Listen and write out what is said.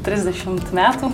trisdešimt metų